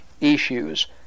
issues